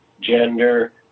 gender